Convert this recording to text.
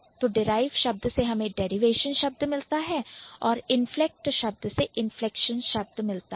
तो derive derive शब्द से हमें derivation डेरिवेशन शब्द मिलता है और inflect इंफ्लेक्ट शब्द से inflection इनफ्लेक्शन शब्द मिलता है